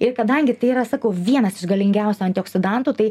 ir kadangi tai yra sakau vienas iš galingiausių antioksidantų tai